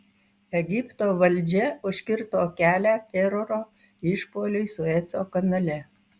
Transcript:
egipto valdžia užkirto kelią teroro išpuoliui sueco kanale